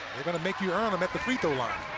they're going to make you earn them at the free-throw line.